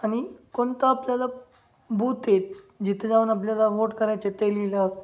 आणि कोणता आपल्याला बूथ येत जिथं जाऊन आपल्याला वोट करायचे ते लिहिलं असतं